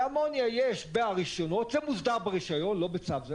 באמוניה זה מוסדר ברישיון ולא בצו.